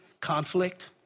conflict